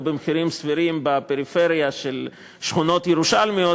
במחירים סבירים בפריפריה של שכונות ירושלמיות,